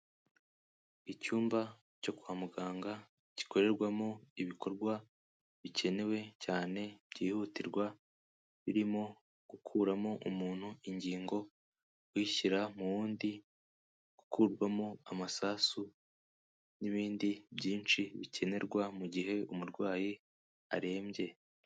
Icyumba cyo kwa muganga gikorerwamo ibikorwa bikenewe cyane, byihutirwa birimo gukuramo umuntu ingingo, uyishyira mu wundi, gukurwamo amasasu n'ibindi byinshi bikenerwa mu gihe umurwayi arembye.